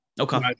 okay